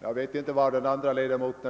Det är en fråga som inte går att lösa så